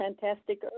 Fantastic